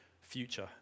future